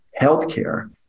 healthcare